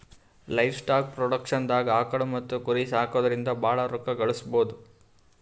livestock ಪ್ರೊಡಕ್ಷನ್ದಾಗ್ ಆಕುಳ್ ಮತ್ತ್ ಕುರಿ ಸಾಕೊದ್ರಿಂದ ಭಾಳ್ ರೋಕ್ಕಾ ಗಳಿಸ್ಬಹುದು